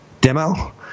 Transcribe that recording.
demo